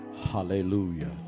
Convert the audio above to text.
Hallelujah